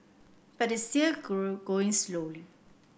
but is still go going slowly